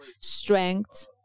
strength